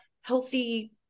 healthy